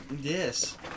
Yes